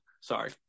sorry